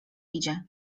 idzie